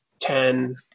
ten